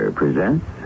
presents